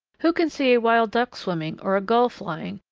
who can see a wild duck swimming, or a gull flying,